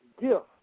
gift